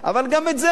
אבל גם את זה לא.